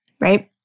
right